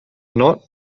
not